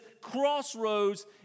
crossroads